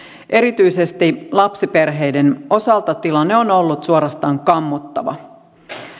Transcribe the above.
erityisesti lapsiperheiden osalta tilanne on ollut suorastaan kammottava